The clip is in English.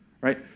right